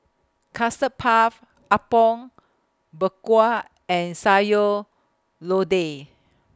Custard Puff Apom Berkuah and Sayur Lodeh